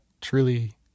truly